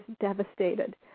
devastated